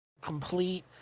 complete